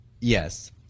Yes